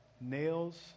nails